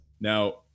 Now